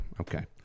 okay